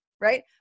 right